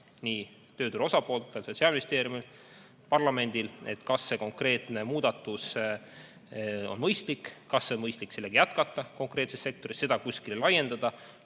tööturu osapooltel, Sotsiaalministeeriumil ja parlamendil hinnata, kas see konkreetne muudatus on mõistlik, kas seda on mõistlik jätkata konkreetses sektoris, seda kuskile laiendada